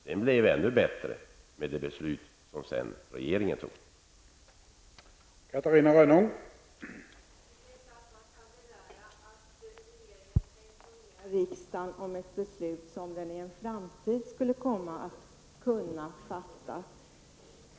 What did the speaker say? Den blev ännu bättre, med det beslut som regeringen sedan fattade.